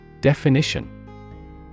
Definition